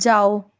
جاؤ